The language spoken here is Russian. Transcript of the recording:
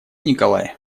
николай